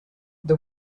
the